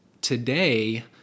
today